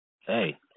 Hey